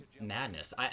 madness